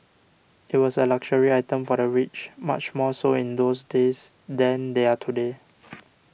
it was a luxury item for the rich much more so in those days than they are today